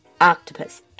Octopus